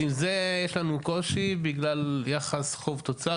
יש לנו קושי עם זה בגלל יחס חוב-תוצר.